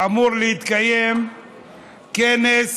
אמור להתקיים כנס